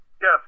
Yes